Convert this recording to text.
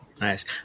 Nice